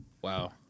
Wow